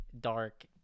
dark